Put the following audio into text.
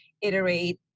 iterate